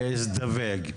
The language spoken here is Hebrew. להזדווג.